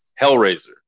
Hellraiser